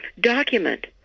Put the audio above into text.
document